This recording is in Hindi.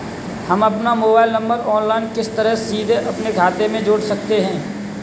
हम अपना मोबाइल नंबर ऑनलाइन किस तरह सीधे अपने खाते में जोड़ सकते हैं?